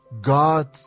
God